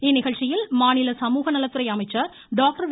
இந்நிகழ்ச்சியில் மாநில சமூகநலத்துறை அமைச்சர் டாக்டர் வே